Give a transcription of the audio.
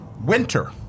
Winter